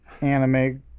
Anime